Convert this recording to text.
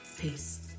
Peace